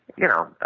you know,